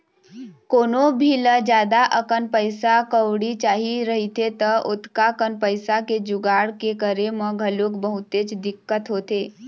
कोनो भी ल जादा अकन पइसा कउड़ी चाही रहिथे त ओतका कन पइसा के जुगाड़ के करे म घलोक बहुतेच दिक्कत होथे